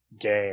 game